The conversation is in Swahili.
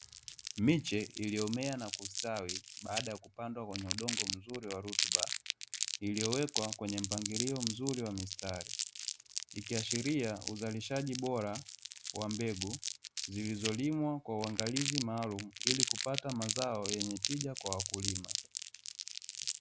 Miche iliyomea na kustawi, baada ya kupandwa kwenye udongo mzuri wenye rutuba, iliyowekwa kwenye mpangilio mzuri wa mistari, ikiashiria uzalishaji bora wa mbegu, zilizolimwa kwa uangalizi maalumu ili kupata mazao yenye tija kwa wakulima.